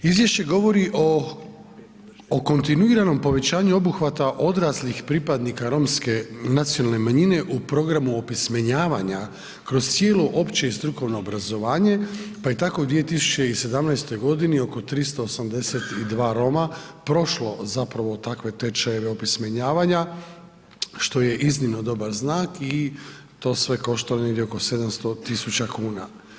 Izvješće govori o kontinuiranom povećanju obuhvata odraslih pripadnika Romske nacionalne manjine u programu opismenjavanja kroz cijelo opće i strukovno obrazovanje pa je tako u 2017. godini oko 382 Roma prošlo zapravo takve tečajeve opismenavanja što je iznimno dobar znak i to sve košta negdje oko 700 tisuća kuna.